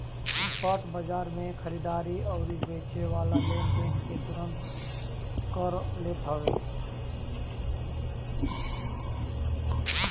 spot बाजार में खरीददार अउरी बेचेवाला लेनदेन के तुरंते कर लेत हवे